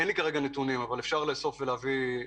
אין לפני נתונים אבל אפשר לשלוח אותם לוועדה.